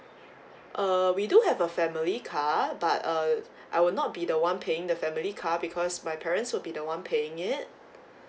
uh we do have a family car but uh I will not be the one paying the family car because my parents will be the one paying it